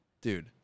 Dude